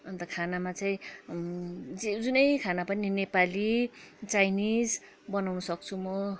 अन्त खानामा चाहिँ जुनै खाना पनि नेपाली चाइनिज बनाउँनु सक्छु म हो